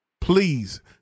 Please